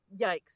yikes